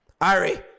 Ari